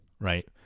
right